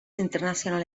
international